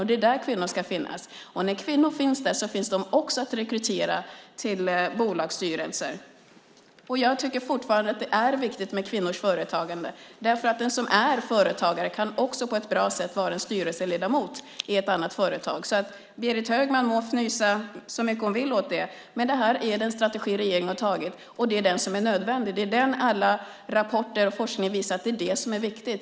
Det är där kvinnor ska finnas. När kvinnor finns där finns de också att rekrytera till bolagsstyrelser. Jag tycker fortfarande att det är viktigt med kvinnors företagande. Den som är företagare kan nämligen också på ett bra sätt vara en styrelseledamot i ett annat företag. Berit Högman må fnysa så mycket hon vill åt det, men det här är den strategi som regeringen har antagit, och det är den som är nödvändig. Alla rapporter och forskningen visar att det är det som är viktigt.